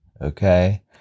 Okay